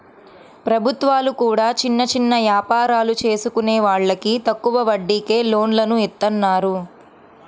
ప్రభుత్వాలు కూడా చిన్న చిన్న యాపారాలు చేసుకునే వాళ్లకి తక్కువ వడ్డీకే లోన్లను ఇత్తన్నాయి